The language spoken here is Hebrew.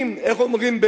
איך אומרים,